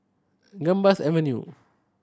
Gambas Avenue